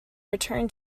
return